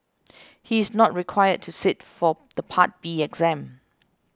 he is not required to sit for the Part B exam